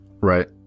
Right